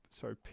sorry